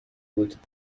بود